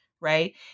right